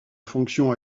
fonction